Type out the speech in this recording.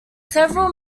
several